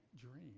dream